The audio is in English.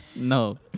No